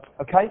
Okay